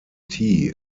tea